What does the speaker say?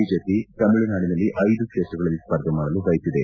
BJP ತಮಿಳುನಾಡಿನಲ್ಲಿ ಐದು ಕ್ಷೇತ್ರಗಳಲ್ಲಿ ಸ್ಪರ್ಧೆ ಮಾಡಲು ಬಯಸಿದೆ